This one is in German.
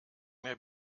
mir